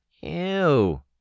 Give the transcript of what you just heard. Ew